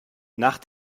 nach